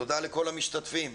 תודה לכל המשתתפים.